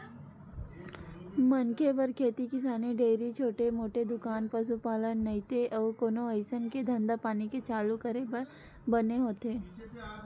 मनखे बर खेती किसानी, डेयरी, छोटे मोटे दुकान, पसुपालन नइते अउ कोनो अइसन के धंधापानी के चालू करे बर बने होथे